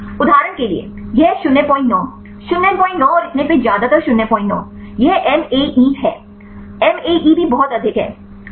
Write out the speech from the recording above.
उदाहरण के लिए यह 09 09 और इतने पर ज्यादातर 09 यह MAE है एमएई भी बहुत अधिक है